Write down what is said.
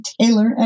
Taylor